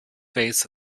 vase